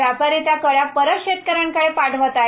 व्यापारी त्या कळ्या परत शेतकऱ्यांकडे पाठवत आहेत